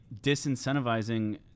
disincentivizing